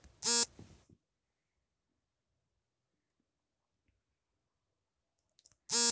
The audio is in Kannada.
ಕ್ರೌಡ್ ಫಂಡಿಂಗ್ ಮೂಲಕ ಹಣ ಸಂಗ್ರಹಣೆ ಮಾಡಲಾಗುತ್ತದೆ